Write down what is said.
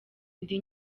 ndi